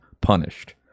punished